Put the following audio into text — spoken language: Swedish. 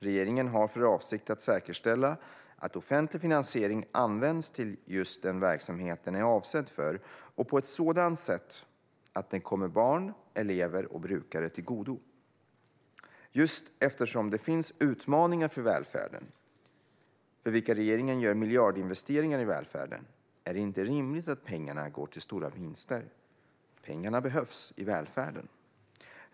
Regeringen har för avsikt att säkerställa att offentlig finansiering används till just den verksamhet den är avsedd för och på ett sådant sätt att den kommer barn, elever och brukare till godo. Just eftersom det finns utmaningar för välfärden, för vilka regeringen gör miljardinvesteringar i välfärden, är det inte rimligt att pengarna går till stora vinster. Pengarna behövs i välfärden.